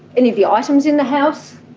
any of the items in the house,